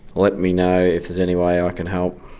let me know if there's any way i can help.